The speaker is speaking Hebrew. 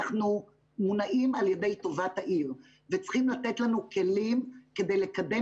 אנחנו מונעים על ידי טובת העיר וצריכים לתת לנו כלים כדי לקדם